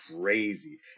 crazy